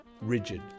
rigid